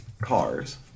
cars